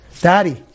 Daddy